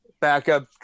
Backup